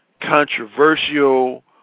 controversial